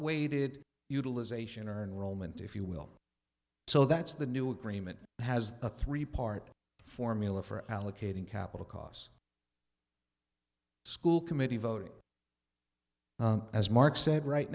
weighted utilization or enrollment if you will so that's the new agreement has a three part formula for allocating capital costs school committee voting as mark said right